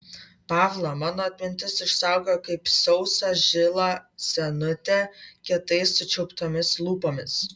pavlą mano atmintis išsaugojo kaip sausą žilą senutę kietai sučiauptomis lūpomis